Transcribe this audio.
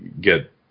get